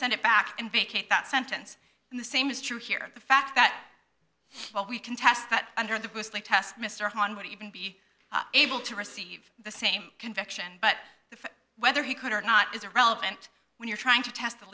send it back and vacate that sentence and the same is true here the fact that well we can test that under the test mr han would even be able to receive the same conviction but the whether he could or not is irrelevant when you're trying to test the